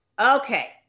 okay